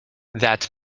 that